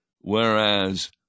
whereas